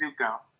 Zuko